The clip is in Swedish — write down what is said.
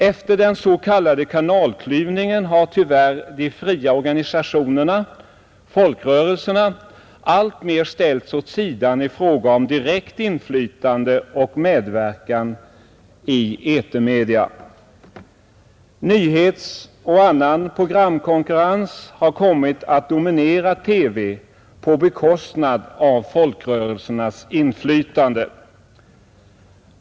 Efter den s.k. kanalklyvningen har tyvärr de fria organisationerna — folkrörelserna — alltmer ställts åt sidan i fråga om direkt inflytande och medverkan i etermedia. Nyhetsoch annan programkonkurrens har kommit att dominera TV på bekostnad av folkrörelsernas inflytande.